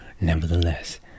Nevertheless